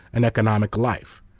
and economic life.